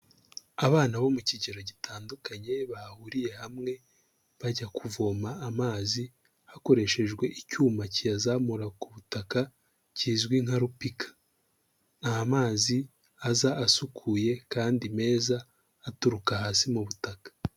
Abana bo mu kigero gitandukanye bahuriye hamwe, bajya kuvoma amazi hakoreshejwe icyuma kiyazamura ku butaka, kizwi nka rupika. Ni mazi aza asukuye kandi meza, aturuka hasi mu butaka.